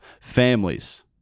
families